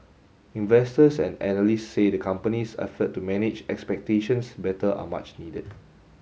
investors and analysts say the company's effort to manage expectations better are much needed